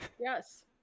Yes